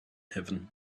heaven